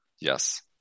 Yes